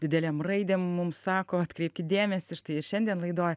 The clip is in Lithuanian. didelėm raidėm mum sako atkreipkit dėmesį štai ir šiandien laidoj